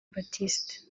baptiste